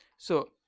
so,